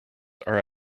are